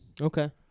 Okay